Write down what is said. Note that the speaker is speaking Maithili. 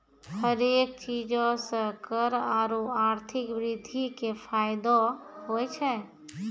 हरेक चीजो से कर आरु आर्थिक वृद्धि के फायदो होय छै